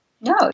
No